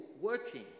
working